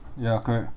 ya correct